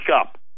up